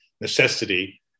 necessity